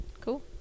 Cool